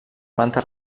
planta